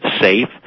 safe